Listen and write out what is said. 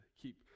keep